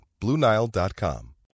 BlueNile.com